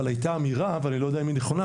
אבל הייתה אמירה ואני לא יודע האם היא נכונה.